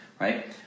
right